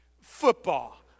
Football